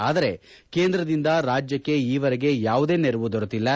ಆದರೆ ಕೇಂದ್ರದಿಂದ ರಾಜ್ಯಕ್ಷೆ ಈವರೆಗೆ ಯಾವುದೇ ನೆರವು ದೊರೆತ್ತಿಲ್ಲ